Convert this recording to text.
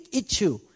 issue